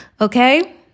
Okay